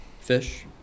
fish